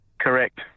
Correct